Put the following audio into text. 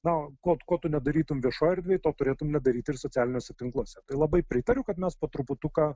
na ko ko tu nedarytum viešojoj erdvėj to turėtum nedaryt ir socialiniuose tinkluose tai labai pritariu kad mes po truputuką